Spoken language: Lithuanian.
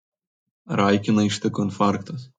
raikiną ištiko infarktas